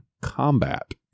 combat